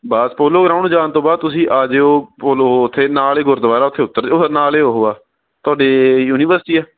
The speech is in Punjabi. ਬੱਸ ਪੋਲੋ ਗਰਾਊਂਡ ਜਾਣ ਤੋਂ ਬਾਅਦ ਤੁਸੀਂ ਆ ਜਾਇਓ ਪੋਲੋ ਉੱਥੇ ਨਾਲ ਏ ਗੁਰਦੁਆਰਾ ਉੱਥੇ ਉਤਰ ਜੇ ਨਾਲ ਏ ਉਹ ਹੈ ਤੁਹਾਡੀ ਯੂਨੀਵਸਟੀ ਆ